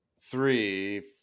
three